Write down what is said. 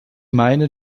meine